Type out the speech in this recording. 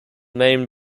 main